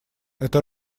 эта